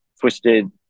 twisted